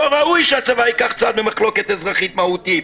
לא ראוי שהצבא ייקח צד במחלוקת אזרחית מהותית".